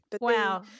Wow